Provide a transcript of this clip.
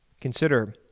Consider